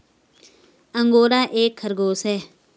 angora एक खरगोश है